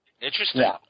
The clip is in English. Interesting